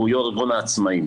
יו"ר ארגון העצמאים.